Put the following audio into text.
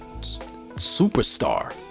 superstar